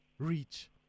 Reach